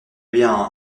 bien